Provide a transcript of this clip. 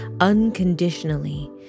unconditionally